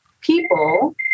people